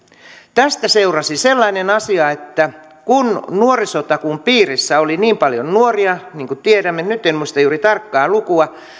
tästä seurasi sellainen asia että kun nuorisotakuun piirissä oli niin paljon nuoria niin kuin tiedämme nyt en muista juuri tarkkaa lukua